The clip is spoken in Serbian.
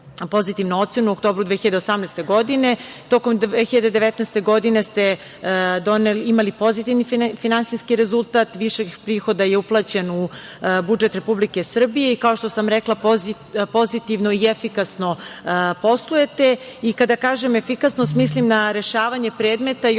pozitivnu ocenu u oktobru 2018. godine. Tokom 2019. godine ste imali pozitivni finansijski rezultat, višak prihoda je uplaćen u budžet Republike Srbije. Kao što sam rekla, pozitivno i efikasno poslujete. Kada kažem efikasnost, mislim na rešavanje predmeta i